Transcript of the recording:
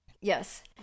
Yes